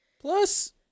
Plus